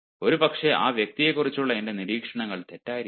ഒരുപക്ഷേ ആ വ്യക്തിയെക്കുറിച്ചുള്ള എന്റെ നിരീക്ഷണങ്ങൾ തെറ്റായിരിക്കാം